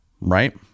Right